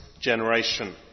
generation